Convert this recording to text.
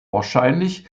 wahrscheinlich